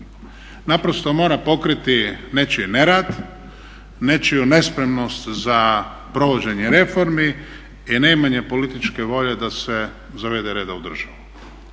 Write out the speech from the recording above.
Naprosto mora pokriti nečiji nerad, nečiju nespremnost za provođenje reformi i neimanje političke volje da se zavede reda u državu.